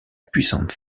puissante